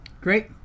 Great